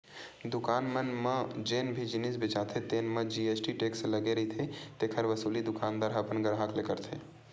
दुकान मन म जेन भी जिनिस बेचाथे तेन म जी.एस.टी टेक्स लगे रहिथे तेखर वसूली दुकानदार ह अपन गराहक ले करथे